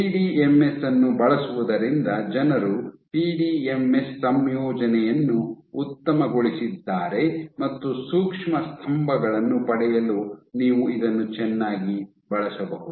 PDMS ಅನ್ನು ಬಳಸುವುದರಿಂದ ಜನರು ಪಿಡಿಎಂಎಸ್ ಸಂಯೋಜನೆಯನ್ನು ಉತ್ತಮಗೊಳಿಸಿದ್ದಾರೆ ಮತ್ತು ಸೂಕ್ಷ್ಮ ಸ್ತಂಭಗಳನ್ನು ಪಡೆಯಲು ನೀವು ಇದನ್ನು ಚೆನ್ನಾಗಿ ಬಳಸಬಹುದು